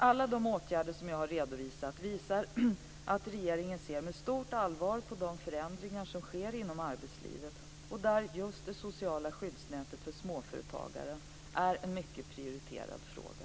Alla de åtgärder som jag har redovisat visar att regeringen ser med stort allvar på de förändringar som sker inom arbetslivet och där just det sociala skyddsnätet för småföretagare är en mycket prioriterad fråga.